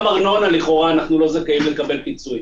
גם ארנונה לכאורה אנחנו לא זכאים לקבל פיצוי.